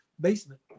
basement